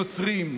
נוצרים,